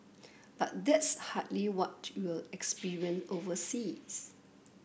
but that's hardly what you'll experience overseas